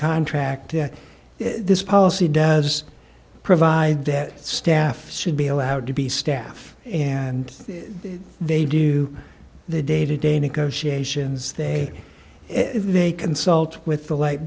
contract this policy does provide that staff should be allowed to be staff and they do their day to day negotiations they if they consult with the light